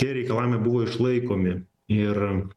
tie reikalavimai buvo išlaikomi ir